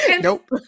Nope